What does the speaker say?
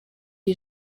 iyi